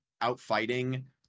out-fighting